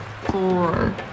four